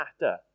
matter